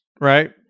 right